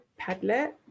Padlet